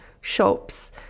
shops